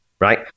right